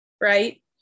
right